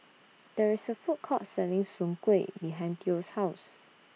There IS A Food Court Selling Soon Kueh behind Theo's House